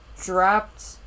dropped